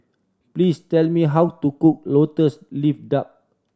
please tell me how to cook Lotus Leaf Duck